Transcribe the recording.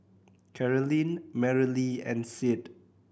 Carolyne Merrilee and Sid